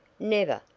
never,